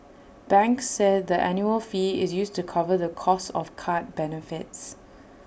banks said the annual fee is used to cover the cost of card benefits